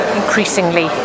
increasingly